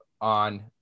on